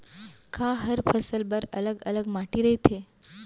का हर फसल बर अलग अलग माटी रहिथे?